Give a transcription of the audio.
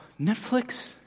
Netflix